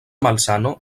malsano